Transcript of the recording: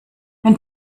wenn